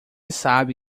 sabe